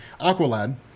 Aqualad